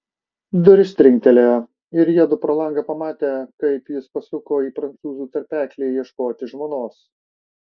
durys trinktelėjo ir jiedu pro langą pamatė kaip jis pasuko į prancūzų tarpeklį ieškoti žmonos